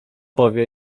powie